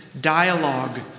dialogue